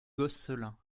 gosselin